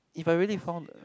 if I really found the